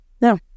no